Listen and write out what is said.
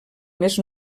més